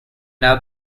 now